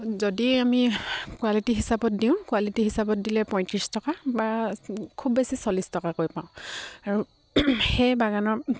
যদি আমি কোৱালিটি হিচাপত দিওঁ কোৱালিটি হিচাপত দিলে পঁইত্ৰিছ টকা বা খুব বেছি চল্লিছ টকাকৈ পাওঁ আৰু সেই বাগানৰ